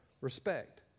respect